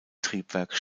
triebwerk